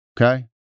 Okay